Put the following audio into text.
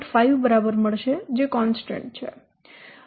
5 બરાબર મળશે જે કોન્સ્ટન્ટ છે